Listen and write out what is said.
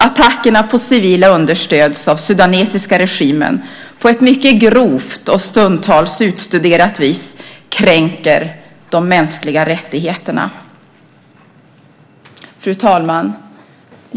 Attackerna på civila understöds av den sudanesiska regimen och kränker på ett mycket grovt och stundtals utstuderat vis de mänskliga rättigheterna. Fru talman!